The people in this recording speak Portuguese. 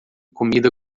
comida